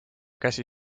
käsi